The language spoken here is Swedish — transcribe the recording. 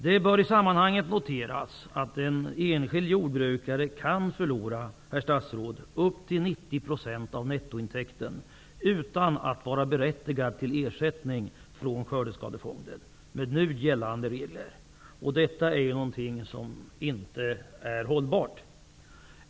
Det bör i sammanhanget noteras att en enskild jordbrukare kan förlora, herr statsråd, upp till 90 % av nettointäkten utan att vara berättigad till ersättning från Skördeskadefonden med nu gällande regler. Detta är inte hållbart.